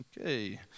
Okay